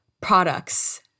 products